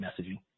messaging